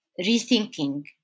rethinking